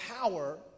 power